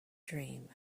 dream